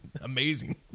amazing